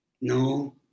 no